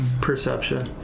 Perception